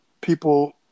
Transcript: people